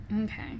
okay